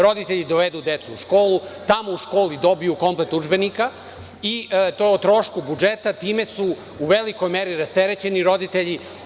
Roditelji dovedu decu u školu, tamo u školi dobijaju komplet udžbenika i to o trošku budžeta, time su u velikoj meri rasterećeni roditelji.